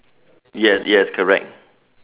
yeah yes correct